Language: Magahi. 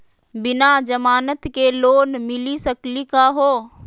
बिना जमानत के लोन मिली सकली का हो?